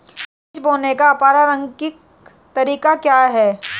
बीज बोने का पारंपरिक तरीका क्या है?